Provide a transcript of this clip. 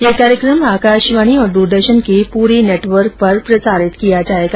ये कार्यक्रम आकाशवाणी और द्रदर्शन के पूरे नेटवर्क पर प्रसारित किया जाएगा